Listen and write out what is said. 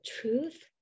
truth